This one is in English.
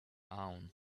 own